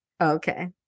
Okay